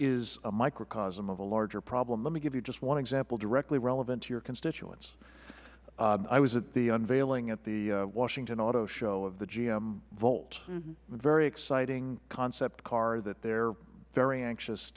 is a microcosm of a larger problem let me give you just one example directly relevant to your constituents i was at the unveiling at the washington auto show of the gm volt it is a very exciting concept car that they are very anxious